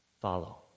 Follow